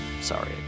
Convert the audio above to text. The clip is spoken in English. Sorry